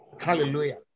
Hallelujah